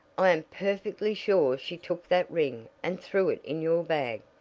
i am perfectly sure she took that ring and threw it in your bag.